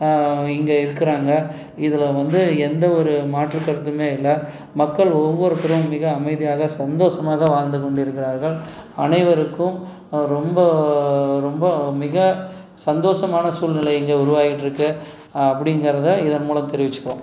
இங்கே இருக்கிறாங்க இதில் வந்து எந்த ஒரு மாற்றுக் கருத்துமே இல்லை மக்கள் ஒவ்வொருத்தரும் மிக அமைதியாக சந்தோஷமாக வாழ்ந்துக் கொண்டிருக்கிறார்கள் அனைவருக்கும் ரொம்ப ரொம்ப மிக சந்தோசமான சூழ்நிலை இங்கே உருவாயிட்டிருக்கு அப்படிங்கிறத இதன் மூலம் தெரிவிச்சிக்கிறோம்